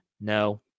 No